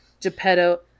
Geppetto